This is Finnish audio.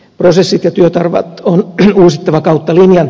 prosessit ja työtavat on uusittava kautta linjan